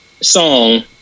song